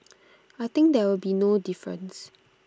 I think there will be no difference